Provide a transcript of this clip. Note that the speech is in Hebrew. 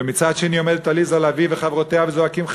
ומצד שני עומדות עליזה לביא וחברותיה וזועקות: